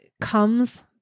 comes